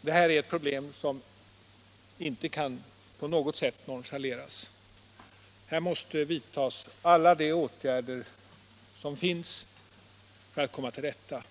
Det här är ett problem som inte på något sätt kan nonchaleras. Här måste vidtas alla de åtgärder som finns för att komma till rätta